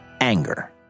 Anger